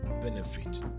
benefit